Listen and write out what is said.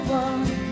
one